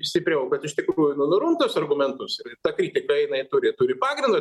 stipriau kad iš tikrųjų nu nurungt tuos argumentus ta kritika jinai turi turi pagrindo